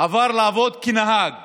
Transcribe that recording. עבר לעבוד כנהג